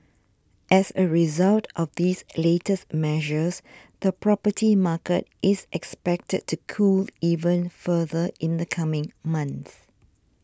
as a result of these latest measures the property market is expected to cool even further in the coming months